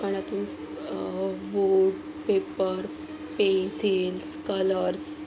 दुकानातून बोट paper pencils colours